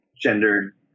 gender